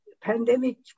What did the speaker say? pandemic